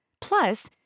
Plus